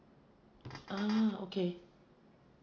ah okay